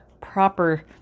proper